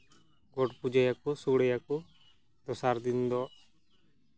ᱜᱚᱴ ᱯᱩᱡᱟᱹᱭᱟᱠᱚ ᱥᱚᱲᱮᱭᱟᱠᱚ ᱫᱚᱥᱟᱨ ᱫᱤᱱ ᱫᱚ